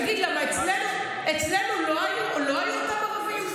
תגיד, למה, אצלנו לא היו אותם ערבים?